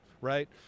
right